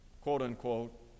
quote-unquote